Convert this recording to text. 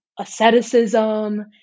asceticism